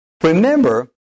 Remember